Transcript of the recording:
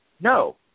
no